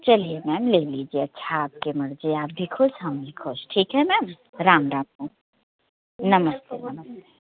चलिए मैम ले लीजिए अच्छा आपकी मर्जी आप भी खुश हम भी खुश ठीक है मैम राम राम नमस्ते